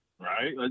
right